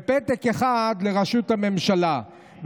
ופתק אחד לראשות הממשלה,